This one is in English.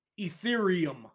Ethereum